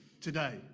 today